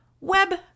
web